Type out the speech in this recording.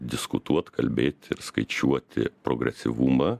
diskutuot kalbėt ir skaičiuoti progresyvumą